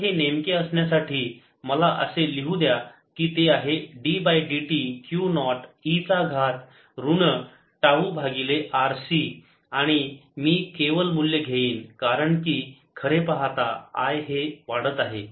तर हे नेमके असण्यासाठी मला असे लिहू द्या की ते आहे d by dt Q naught e चा घात ऋण टाऊ भागिले RC आणि मी केवल मूल्य घेईन कारण की खरे पाहता I हे वाढत आहे